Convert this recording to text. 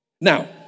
Now